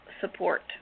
support